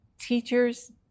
teachers